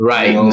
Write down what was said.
Right